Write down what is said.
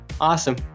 Awesome